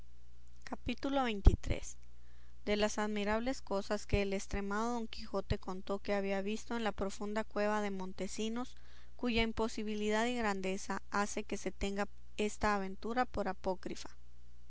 capítulo xxiii de las admirables cosas que el estremado don quijote contó que había visto en la profunda cueva de montesinos cuya imposibilidad y grandeza hace que se tenga esta aventura por apócrifa